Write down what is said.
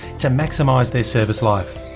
to maximise their service life.